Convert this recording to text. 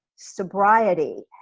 sobriety,